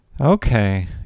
Okay